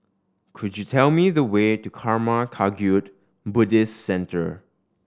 could you tell me the way to Karma Kagyud Buddhist Centre